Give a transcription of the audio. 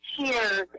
Cheers